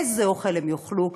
איזה אוכל הם יאכלו?